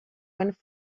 went